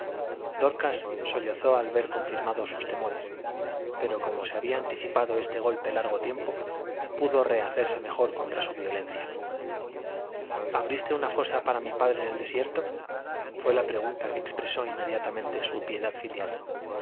dorcas sollozó al ver confirmados sus temores pero como se había anticipado este golpe largo tiempo pudo rehacerse mejor contra su violencia abriste una fosa para mi padre en el desierto fué la pregunta que expresó inmediatamente su piedad filial